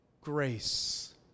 grace